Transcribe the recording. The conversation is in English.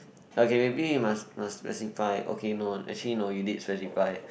okay maybe you must must specify okay no actually no you did specify